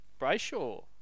Brayshaw